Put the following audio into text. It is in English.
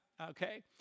okay